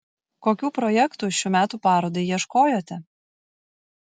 kokių projektų šių metų parodai ieškojote